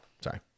sorry